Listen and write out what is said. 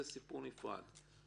זה סיפור נפרד,